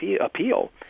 appeal